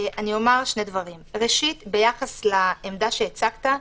ראשית, ביחס לעמדה שהצגת,